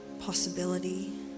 possibility